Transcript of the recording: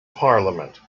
parliament